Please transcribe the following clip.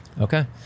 Okay